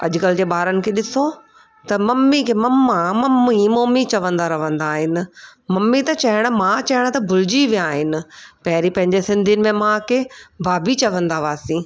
अॼु कल्ह जे ॿारनि खे ॾिसो त मम्मी खे मम्मा मम्मी मोम्मी चवंदा रहंदा आहिनि मम्मी त चइणु मां चइणु त भुलिजी विया आहिनि पहिरीं पंहिंजे सिंधियुनि में मूंखे भाभी चवंदावासीं